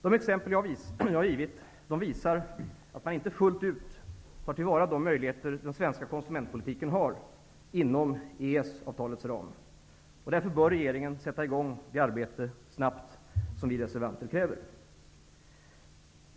De exempel jag har givit visar att man inte fullt ut tar till vara de möjligheter den svenska konsumentpolitiken har inom EES-avtalets ram. Därför bör regeringen snabbt sätta i gång det arbete som vi reservanter kräver.